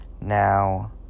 now